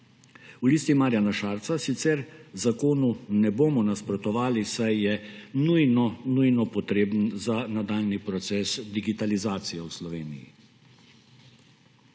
V Listi Marjana Šarca sicer zakonu ne bomo nasprotovali, saj je nujno nujno potreben za nadaljnji proces digitalizacije v Sloveniji.